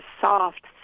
soft